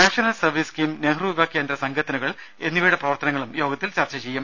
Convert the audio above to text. national service scheme Nehru Yuva Kendra സംഗതനുകൾ എന്നിവയുടെ പ്രവർത്തനങ്ങളും യോഗത്തിൽ ചർച്ച ചെയ്യും